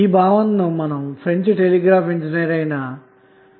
ఈ భావననుఫ్రెంచ్ టెలిగ్రాఫ్ ఇంజనీర్అయిన M